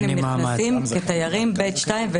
לכן הם נכנסים כתיירים ב-2,